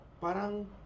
Parang